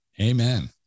Amen